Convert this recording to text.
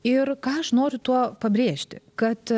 ir ką aš noriu tuo pabrėžti kad